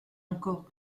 encore